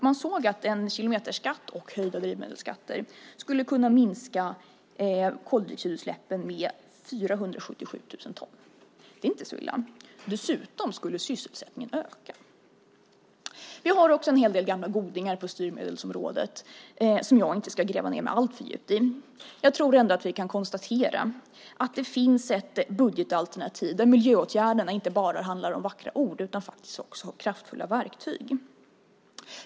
Man såg att en kilometerskatt och höjda drivmedelsskatter skulle kunna minska koldioxidutsläppen med 477 000 ton. Det är inte så illa. Dessutom skulle sysselsättningen öka. Vi har också en hel del gamla godingar på styrmedelsområdet som jag inte ska gräva ned mig alltför djupt i. Jag tror ändå att vi kan konstatera att det finns ett budgetalternativ där miljöåtgärderna inte bara handlar om vackra ord utan också om kraftfulla verktyg.